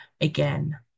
again